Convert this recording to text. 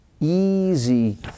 easy